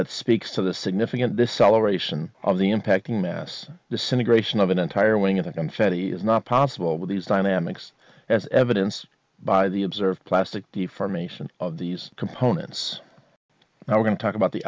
that speaks to the significant deceleration of the impacting mass disintegration of an entire wing of the confetti is not possible with these dynamics as evidence by the observed plastic deformation of these components and we can talk about the